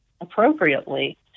appropriately